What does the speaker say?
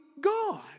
God